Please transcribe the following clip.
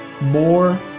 more